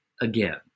again